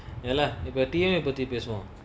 ya lah இப்போபத்திபேசுவோம்:ipo pathi pesuvom